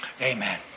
Amen